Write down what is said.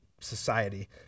society